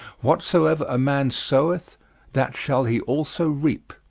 whatsoever a man soweth that shall he also reap,